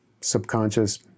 subconscious